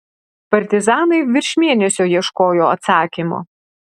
partizanai virš mėnesio ieškojo atsakymo